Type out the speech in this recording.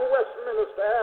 Westminster